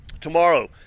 Tomorrow